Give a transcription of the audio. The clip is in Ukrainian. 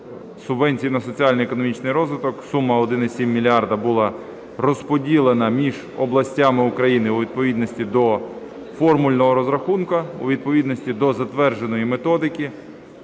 субвенції на соціально-економічний розвиток. Сума 1,7 мільярда була розподілена між областями України у відповідності до формульного розрахунку у відповідності до затвердженої методики.